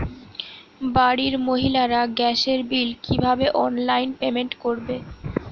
বাড়ির মহিলারা গ্যাসের বিল কি ভাবে অনলাইন পেমেন্ট করবে?